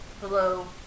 Hello